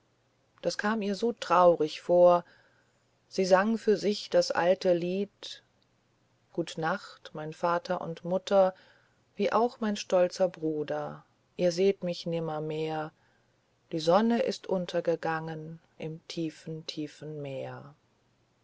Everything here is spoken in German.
das kam ihr so traurig vor sie sang für sich das alte lied gut nacht mein vater und mutter wie auch mein stolzer bruder ihr seht mich nimmermehr die sonne ist untergegangen im tiefen tiefen meer